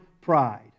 pride